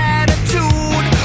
attitude